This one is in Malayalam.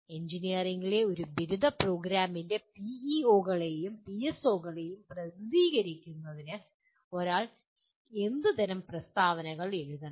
എഞ്ചിനീയറിംഗിലെ ഒരു ബിരുദ പ്രോഗ്രാമിന്റെ പിഇഒകളെയും പിഎസ്ഒകളെയും പ്രതിനിധീകരിക്കുന്നതിന് ഒരാൾ എന്ത് തരം പ്രസ്താവനകൾ എഴുതണം